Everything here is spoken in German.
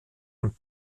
und